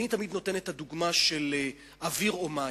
אני תמיד נותן את הדוגמה של אוויר או מים.